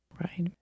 right